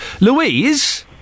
Louise